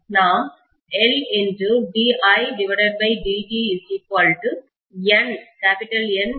நாம் LdidtNd∅dt என எழுதலாம்